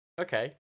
Okay